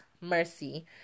Mercy